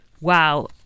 wow